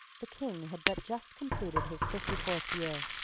the king had but just completed his fifty-fourth year.